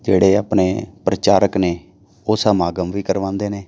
ਜਿਹੜੇ ਆਪਣੇ ਪ੍ਰਚਾਰਕ ਨੇ ਉਹ ਸਮਾਗਮ ਵੀ ਕਰਵਾਉਂਦੇ ਨੇ